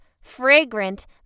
fragrant